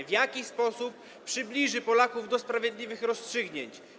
W jaki sposób przybliży Polaków do sprawiedliwych rozstrzygnięć?